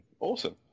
Awesome